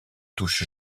touche